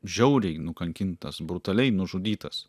žiauriai nukankintas brutaliai nužudytas